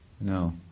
No